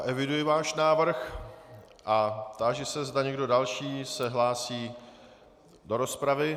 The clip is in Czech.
Eviduji váš návrh a táži se, zda se někdo další hlásí do rozpravy.